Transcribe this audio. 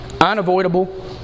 unavoidable